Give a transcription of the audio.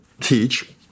teach